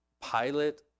pilot